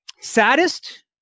saddest